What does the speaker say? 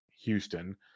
Houston